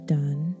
done